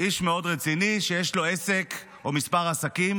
איש מאוד רציני, שיש לו עסק או כמה עסקים